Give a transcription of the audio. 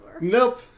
Nope